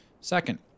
Second